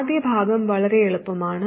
ആദ്യ ഭാഗം വളരെ എളുപ്പമാണ്